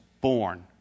born